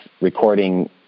recording